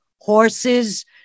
horses